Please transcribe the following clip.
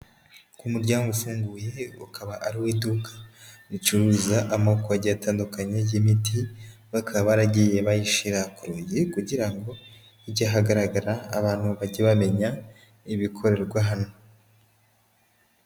Umuryango ufunguye ukaba ari uw'iduka ricuruza amoko agiye atandukanye y'imiti, bakaba baragiye bayishyira ku rugi kugira ngo ijye ahagaragara, abantu bajye bamenya ibikorerwa hano.